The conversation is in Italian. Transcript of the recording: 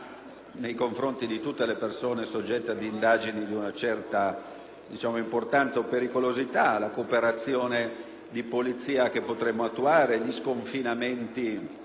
del DNA di tutte le persone soggette ad indagini di una certa importanza o pericolosità; alla cooperazione di polizia che potremo attuare; agli sconfinamenti